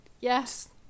Yes